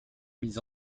mis